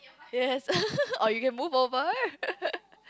yes or you can move over